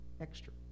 extra